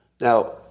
Now